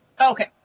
Okay